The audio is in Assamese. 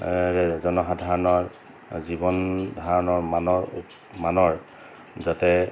জনসাধাৰণৰ জীৱন ধাৰণৰ মানৰ মানৰ যাতে